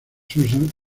susan